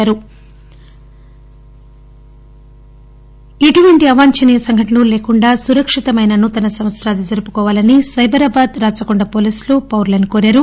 నూతన సంవత్సరం ఎటువంటి అవాంఛనీయ సంఘటనలూ లేకుండా సురక్షితమైన నూతన సంవత్సరాది జరుపుకోవాలని సైబరాబాద్ రాచకొండ పోలీసులు పౌరులను కోరారు